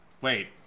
Wait